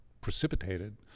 precipitated